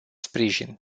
sprijin